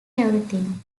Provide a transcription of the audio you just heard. everything